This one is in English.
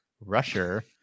Rusher